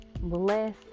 bless